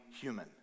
human